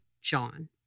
John